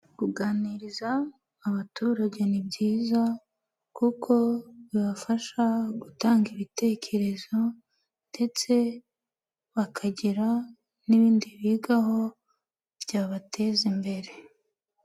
Kuganiriza abaturage ni byiza kuko bibafasha gutanga ibitekerezo ndetse bakagira n'ibindi bigaho byabateza imbere.